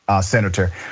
Senator